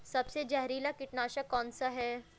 सबसे जहरीला कीटनाशक कौन सा है?